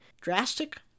Drastic